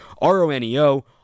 R-O-N-E-O